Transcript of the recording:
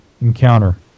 encounter